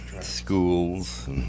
schools